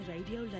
Radio